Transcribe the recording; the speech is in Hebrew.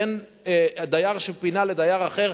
בין דייר שפינה לדייר אחר,